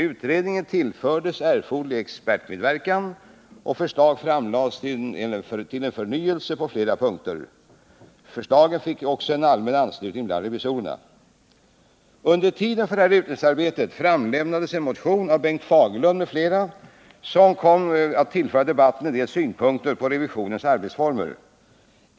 Utredningen tillfördes erforderlig expertmedverkan, och förslag framlades till en förnyelse på flera punkter. Förslagen fick också en allmän anslutning bland revisorerna. Under tiden för detta utredningsarbete väcktes en motion av Bengt Fagerlund m.fl., som kom att tillföra debatten en del synpunkter på revisionens arbetsformer.